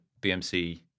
BMC